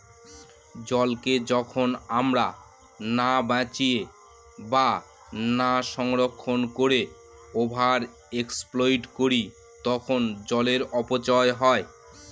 জলকে যখন আমরা না বাঁচিয়ে বা না সংরক্ষণ করে ওভার এক্সপ্লইট করি তখন জলের অপচয় হয়